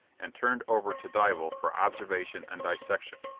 and turned over to dival for observation and dissection.